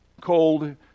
cold